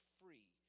free